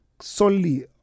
solely